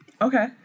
Okay